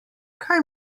kaj